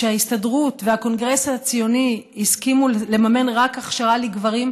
כשההסתדרות והקונגרס הציוני הסכימו לממן רק הכשרה לגברים,